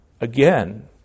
again